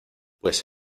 pues